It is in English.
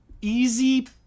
easy